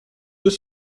deux